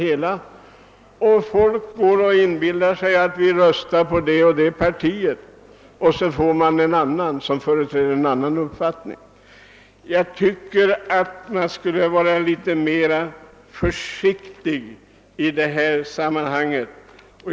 Väljarna inbillar sig att de röstar på det och det partiet, och så väljs det en person som företräder en annan uppfattning. Jag tycker att man borde vara litet mer försiktig i dessa sammanhang.